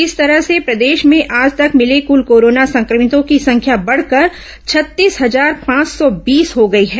इस तरह से प्रदेश में आज तक मिले कल कोरोना संक्रमितों की संख्या बढ़कर छत्तीस हजार पांच सौ बीस हो गई है